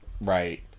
Right